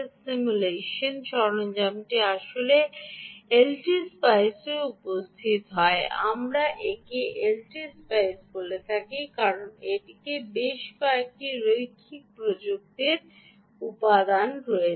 simulation সরঞ্জামটি আসলে LT স্পাইসতেও উপস্থিত হয় আমরা একে এলটি স্পাইস বলে থাকি কারণ এটিতে বেশ কয়েকটি রৈখিক প্রযুক্তির উপাদান রয়েছে